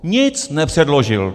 Nic nepředložil.